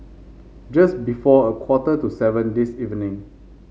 just before a quarter to seven this evening